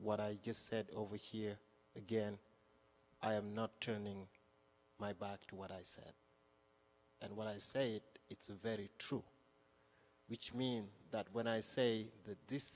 what i just said over here again i am not turning my back to what i said and what i say it's very true which means that when i say that this